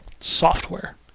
software